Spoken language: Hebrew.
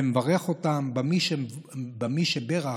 ומברך אותם ב"מי שבירך"